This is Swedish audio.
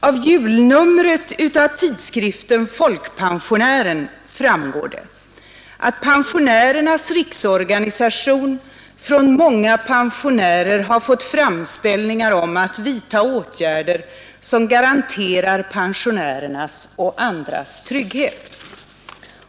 Av julnumret av tidskriften Folkpensionären framgår det att Pensionärernas riksorganisation från många pensionärer har fått framställningar om att vidta åtgärder som garanterar pensionärernas och andras trygghet.